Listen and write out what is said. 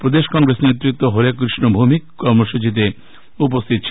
প্রদেশ কংগ্রেস নেতৃত্ব হরেকৃষ্ণ ভৌমিক কর্মসচীতে উপস্থিত ছিলেন